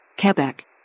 Quebec